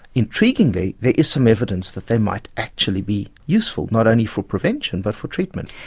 intriguingly there is some evidence that they might actually be useful not only for prevention but for treatment.